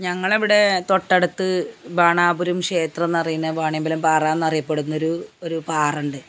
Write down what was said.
ഞങ്ങളുടെ അവിടെ തൊട്ടടുത്ത് ബാണാപുരം ക്ഷേത്രമെന്നറിയണ വാണിയമ്പലം പാറയെന്നു അറിയപ്പെടുന്നൊരു ഒരു പാറയുണ്ട്